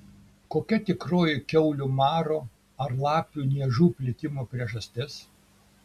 kokia tikroji kiaulių maro ar lapių niežų plitimo priežastis